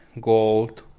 gold